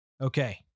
Okay